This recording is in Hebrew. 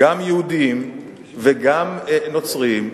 גם יהודיים וגם נוצריים,